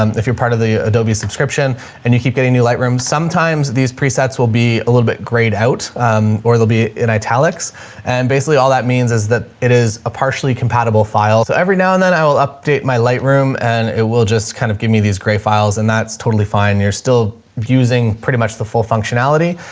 um if you're part of the adobe subscription and you keep getting new light rooms, sometimes these presets will be a little bit grayed out or there'll be an italics and basically all that means is that it is a partially compatible file. so every now and then i will update my light room and it will just kind of give me these gray files and that's totally fine. you're still using pretty much the full functionality,